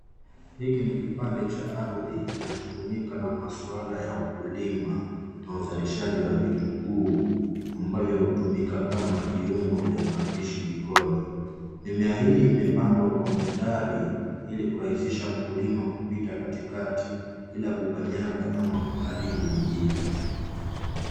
Hiki ni kipande cha ardhi kinachotumika na maswala ya ukulima, na uzalishaji wa vitunguu, ambavyo hutumika kama viungo vya mapishi jikoni. Mimea hii imepandwa kwa mstari, ili kurahisisha mkulima kupita katikati, bila kukanyaga ama kuharibu mengine.